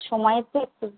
সময়ের তো একটু